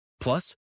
Plus